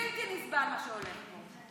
בלתי נסבל מה שהולך פה.